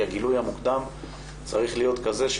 כי הגילוי המוקדם צריך להיות כזה,